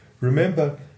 Remember